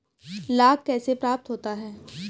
लाख कैसे प्राप्त होता है?